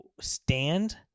stand